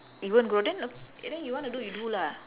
even grow then then you want to do you do lah